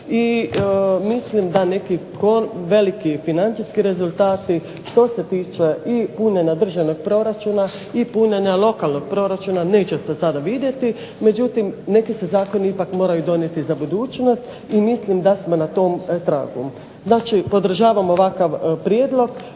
i mislim da neki veliki financijski rezultati što se tiče i punjenja državnog proračuna i punjenja lokalnog proračuna neće se sada vidjeti. Međutim, neki se zakoni ipak moraju donijeti za budućnost i mislim da smo na tom tragu. Znači podržavam ovakav Prijedlog,